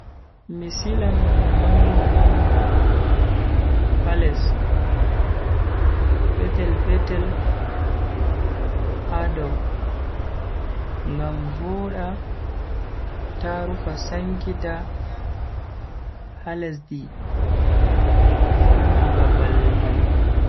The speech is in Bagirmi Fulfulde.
Mi silan manga-manga ha les, petel-petel ha dow ngam voda ta rufa sankita ha lesdi vonna babal mai.